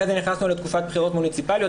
אחרי זה נכנסנו לתקופת בחירות מוניציפאליות,